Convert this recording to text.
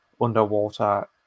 underwater